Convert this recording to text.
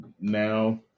now